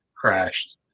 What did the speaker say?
crashed